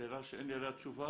שאלה שאין לי עליה תשובה,